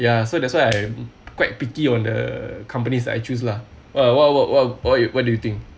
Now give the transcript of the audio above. ya so that's why I'm quite picky on the companies that I choose lah what what what what you what do you think